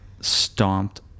stomped